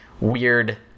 weird